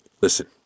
Listen